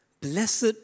blessed